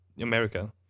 America